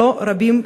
שלא רבים,